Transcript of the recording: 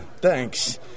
Thanks